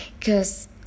cause